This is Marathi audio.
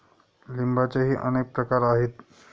लिंबाचेही अनेक प्रकार आहेत